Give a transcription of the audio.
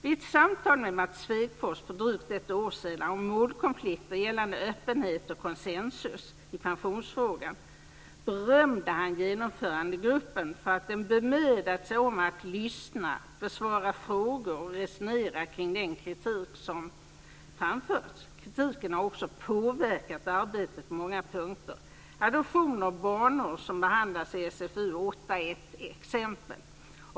Vid ett samtal med Mats Svegfors för drygt ett år sedan om målkonflikter gällande öppenhet och konsensus i pensionsfrågan berömde han Genomförandegruppen för att den bemödat sig om att lyssna, besvara frågor och resonera kring den kritik som framförts. Kritiken har också påverkat arbetet på många punkter. Adoptioner och barnår, som behandlas i SfU8 är ett exempel.